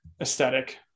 aesthetic